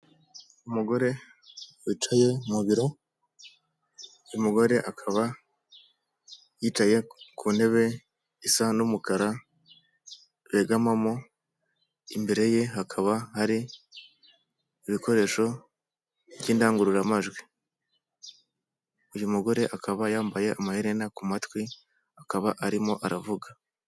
Umugore wicaye mu biro, uyu mugore akaba yicaye ku ntebe isa n'umukara begamamo, imbere ye hakaba hari ibikoresho by'indangururamajwi. Uyu mugore akaba yambaye amaherena ku matwi, akaba arimo aravuga.